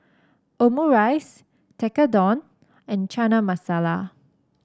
Omurice Tekkadon and Chana Masala